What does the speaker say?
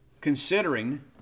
considering